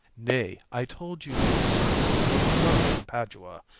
nay, i told you your son was well beloved in padua.